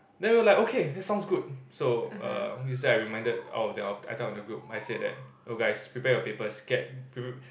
then we're like okay that sounds good so uh yesterday I reminded all of them I I type on the group I said that oh guys prepare your papers get